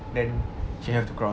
then she have to cross